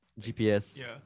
GPS